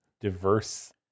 diverse